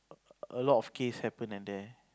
a lot of case happen at there